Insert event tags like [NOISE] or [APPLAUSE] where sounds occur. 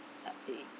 [NOISE]